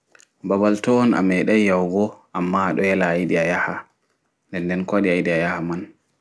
Baɓal toi on ameɗai yahugo amma aɗo yela ayiɗi ayaha nɗen nɗen kowaɗi ayiɗi ayaha man